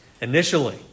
initially